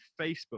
facebook